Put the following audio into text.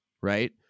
right